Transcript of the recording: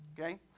okay